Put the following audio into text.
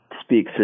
speak